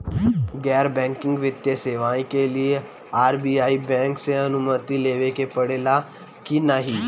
गैर बैंकिंग वित्तीय सेवाएं के लिए आर.बी.आई बैंक से अनुमती लेवे के पड़े ला की नाहीं?